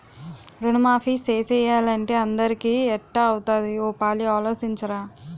రుణమాఫీ సేసియ్యాలంటే అందరికీ ఎట్టా అవుతాది ఓ పాలి ఆలోసించరా